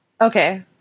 Okay